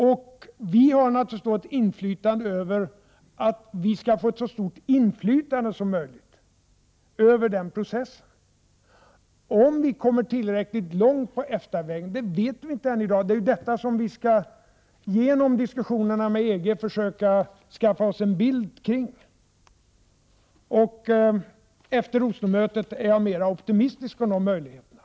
Vi har då naturligtvis möjlighet att påverka så att vi skall få ett så stort inflytande som möjligt över den processen. Vi vet inte i dag om vi kommer tillräckligt långt på EFTA-vägen. Det är ju detta som vi genom diskussionerna med EG skall försöka skaffa oss en bild av. Jag är efter Oslomötet mer optimistisk när det gäller de möjligheterna.